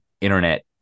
internet